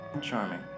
charming